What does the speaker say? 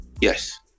yes